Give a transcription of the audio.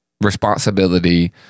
responsibility